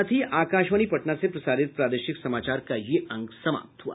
इसके साथ ही आकाशवाणी पटना से प्रसारित प्रादेशिक समाचार का ये अंक समाप्त हुआ